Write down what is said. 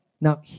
Now